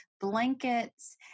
blankets